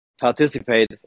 participate